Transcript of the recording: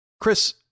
Chris